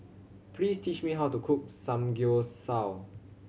please teach me how to cook Samgyeopsal